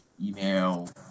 email